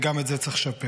וגם את זה צריך לשפר.